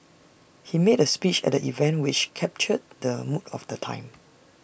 he made A speech at the event which captured the mood of the time